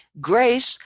grace